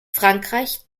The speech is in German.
frankreich